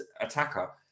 attacker